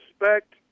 respect